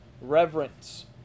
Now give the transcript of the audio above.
reverence